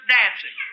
dancing